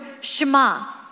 Shema